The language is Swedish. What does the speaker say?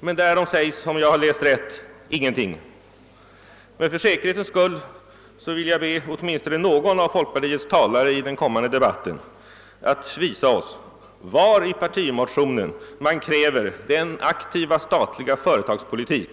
Men därom sägs — om jag läst rätt — ingenting. För säkerhets skull vill jag emellertid be att åtminstone någon av folkpartiets talare under den kommande debatten visar oss var i partimotionen man kräver den aktiva statliga företagspolitik,